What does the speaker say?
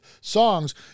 songs